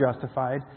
justified